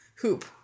hoop